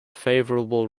favourable